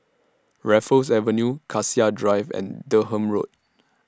Raffles Avenue Cassia Drive and Durham Road